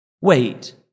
Wait